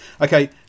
Okay